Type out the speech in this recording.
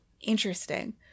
interesting